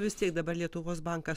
vis tiek dabar lietuvos bankas